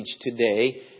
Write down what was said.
today